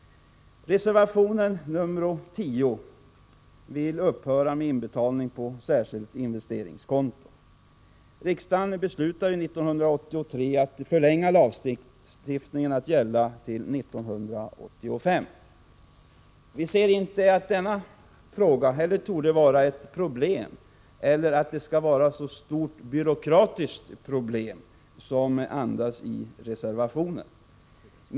Reservation nr 10 vill att man skall upphöra med inbetalning på särskilt investeringskonto. Riksdagen beslutade 1983 att förlänga lagstiftningen att gälla till 1985. Vi ser inte att denna fråga skulle vara ett problem — eller att det skulle vara ett så stort byråkratiskt problem som anförs i reservationen.